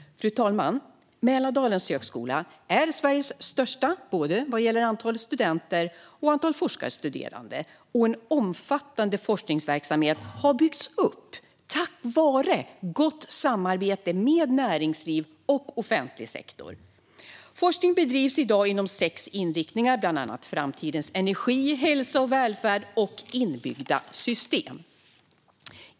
Fru talman! Mälardalens högskola är Sveriges största, vad gäller både antalet studenter och antalet forskarstuderande. Omfattande forskningsverksamhet har byggts upp tack vare gott samarbete med näringsliv och offentlig sektor. Forskning på Mälardalens högskola bedrivs i dag inom sex inriktningar, bland annat framtidens energi, hälsa och välfärd och inbyggda system.